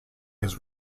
his